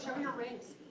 your rings.